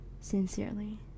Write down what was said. Sincerely